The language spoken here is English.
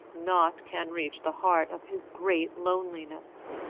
nought can reach the heart of his great loneliness!